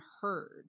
heard